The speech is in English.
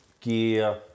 gear